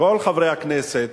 שכל חברי הכנסת